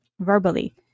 verbally